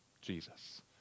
Jesus